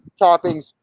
toppings